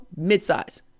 midsize